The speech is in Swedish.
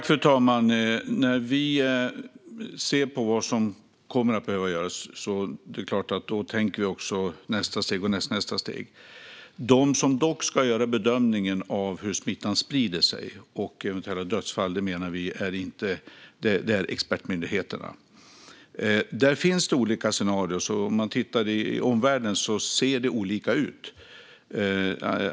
Fru talman! När vi ser på vad som kommer att behöva göras är det klart att vi också tänker på nästa steg och nästnästa steg. De som dock ska göra bedömningen av hur smittan sprider sig och av eventuella dödsfall är expertmyndigheterna. Det finns olika scenarier. Det ser olika ut i omvärlden.